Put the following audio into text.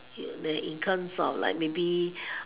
you may income for like maybe